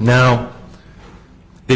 now they